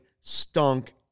stunk